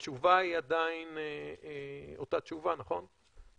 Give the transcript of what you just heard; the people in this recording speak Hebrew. התשובה היא עדיין אותה תשובה, נכון?